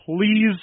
please